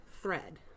thread